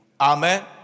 Amen